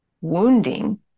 wounding